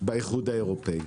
באיחוד האירופי.